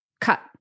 cut